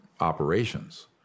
operations